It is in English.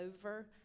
over